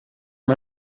amb